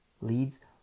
leads